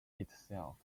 itself